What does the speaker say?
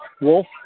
Wolf